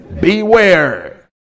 Beware